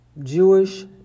Jewish